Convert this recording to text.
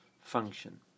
function